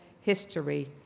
history